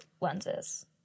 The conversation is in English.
lenses